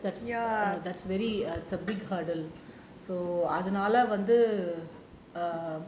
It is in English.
that's that's very err it's a big hurdle so அதுனால வந்து:athunala vanthu err